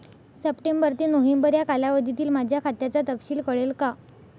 September ते नोव्हेंबर या कालावधीतील माझ्या खात्याचा तपशील कळेल का?